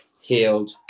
healed